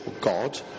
God